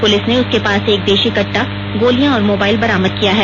police ने उसके पास से एक देशी कट्टा गोलियां और मोबाइल बरामद किया है